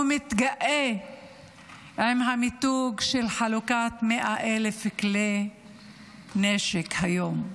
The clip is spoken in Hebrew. הוא מתגאה במיתוג של חלוקת 100,000 כלי נשק היום.